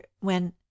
when—